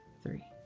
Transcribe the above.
three.